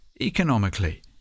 economically